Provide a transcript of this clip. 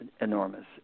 enormous